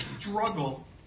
struggle